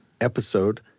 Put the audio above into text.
episode